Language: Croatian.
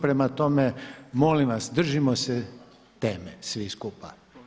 Prema tome, molim vas držimo se teme svi skupa.